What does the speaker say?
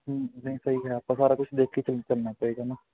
ਹਮ ਨਹੀਂ ਸਹੀ ਹੈ ਆਪਾਂ ਸਾਰਾ ਕੁਛ ਦੇਖ ਕੇ ਚੇਂਜ ਕਰਨਾ ਪਏਗਾ ਨਾ